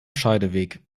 scheideweg